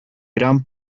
gran